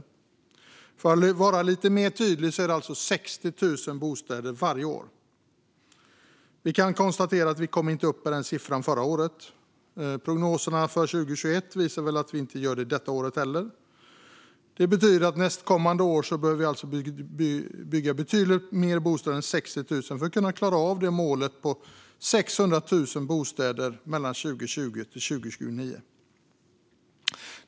För att vara lite mer tydlig är det alltså 60 000 bostäder varje år. Vi kan konstatera att vi inte kom upp till den siffran förra året. Prognoserna för 2021 visar att vi nog inte gör det detta år heller. Det betyder att vi nästkommande år alltså behöver bygga betydligt fler bostäder än 60 000 för att klara av målet om 600 000 bostäder mellan 2020 och 2029.